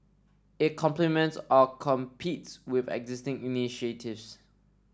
it complements or competes with existing initiatives